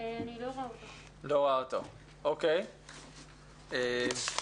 מהא עזאם מהעיר טייבה במשולש,